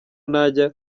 najya